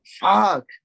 fuck